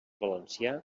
valencià